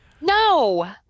No